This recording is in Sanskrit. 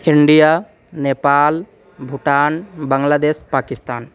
इण्डिया नेपाल् भुटान् बङ्ग्लादशः पाकिस्तान्